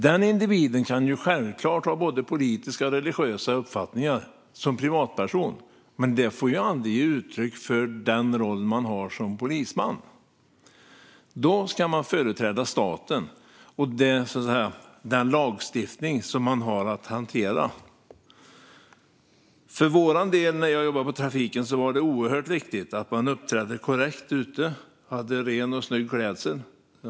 Den individen kan självklart ha både politiska och religiösa uppfattningar som privatperson, men dessa får aldrig komma till uttryck i den roll man har som polisman. Då ska man företräda staten och den lagstiftning man har att hantera. När jag jobbade på trafiken var det oerhört viktigt att man uppträdde korrekt ute och hade ren och snygg klädsel.